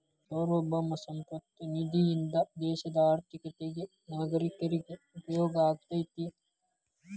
ಸಾರ್ವಭೌಮ ಸಂಪತ್ತ ನಿಧಿಯಿಂದ ದೇಶದ ಆರ್ಥಿಕತೆಗ ನಾಗರೇಕರಿಗ ಉಪಯೋಗ ಆಗತೈತಿ